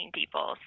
people